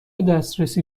دسترسی